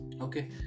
okay